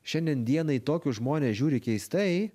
šiandien dienai į tokius žmones žiūri keistai